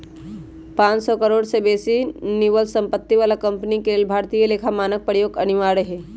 पांन सौ करोड़ से बेशी निवल सम्पत्ति बला कंपनी के लेल भारतीय लेखा मानक प्रयोग अनिवार्य हइ